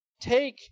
take